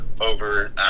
over